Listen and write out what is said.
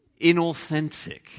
inauthentic